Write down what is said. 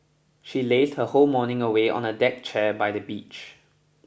she lazed her whole morning away on a deck chair by the beach